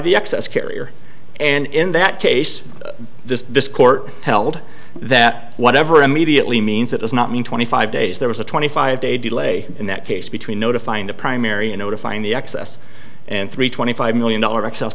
the excess carrier and in that case the court held that whatever immediately means that does not mean twenty five days there was a twenty five day delay in that case between notifying the primary and notifying the excess and three twenty five million dollar